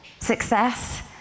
Success